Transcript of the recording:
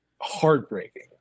heartbreaking